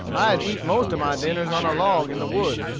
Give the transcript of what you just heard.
i had eat most of my dinners on a log in the woods,